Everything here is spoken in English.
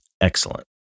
excellent